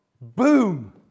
Boom